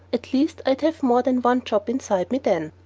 at least i'd have more than one chop inside me then.